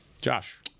Josh